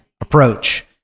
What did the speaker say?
approach